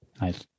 Nice